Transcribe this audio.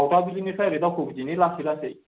दावबाजुलिनिफ्राय ओरै दावखोबोदिनि लासै लासै